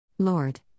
Lord